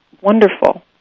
wonderful